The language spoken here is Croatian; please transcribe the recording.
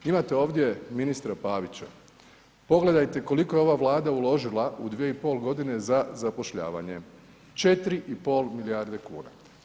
Imate ovdje ministra Pavića, pogledajte koliko je ova Vlada uložila u 2,5 godine za zapošljavanje, 4,5 milijarde kuna.